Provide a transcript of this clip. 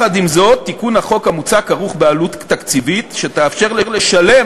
תיקון החוק המוצע כרוך בעלות תקציבית שתאפשר לשלם